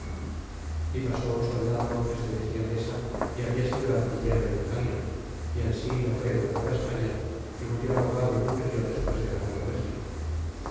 y pasó un soldado que se decia mesa y habia sido artillero en italia y ansi lo fue en la nueva españa y murió ahogado en un rio despues de ganado méxico